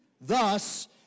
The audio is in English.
Thus